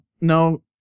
no